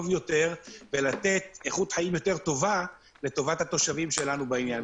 יותר ולתת איכות חיים יותר טובה לטובת התושבים שלנו בעניין.